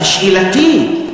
אבל שאלתי: